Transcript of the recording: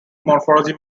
morphology